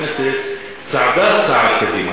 הכנסת צעדה צעד קדימה.